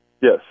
Yes